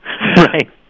Right